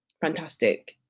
fantastic